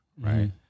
Right